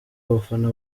abafana